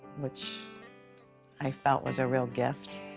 which i felt was a real gift,